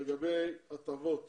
לגבי הטבות